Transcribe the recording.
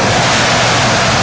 ah